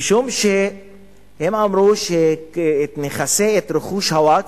משום שהם אמרו שרכוש הווקף,